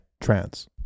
trans